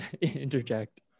interject